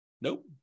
Nope